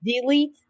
Delete